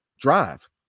drive